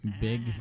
big